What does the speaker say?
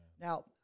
Now